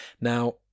Now